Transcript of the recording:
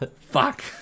Fuck